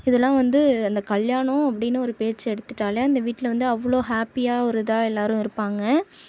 இதெலாம் வந்து அந்த கல்யாணம் அப்படினு ஒரு பேச்சு எடுத்துட்டாலே அந்த வீட்டில் வந்து அவ்வளோ ஹேப்பியாக ஒரு இதாக எல்லோரும் இருப்பாங்க